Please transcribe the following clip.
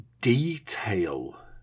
detail